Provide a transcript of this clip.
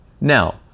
Now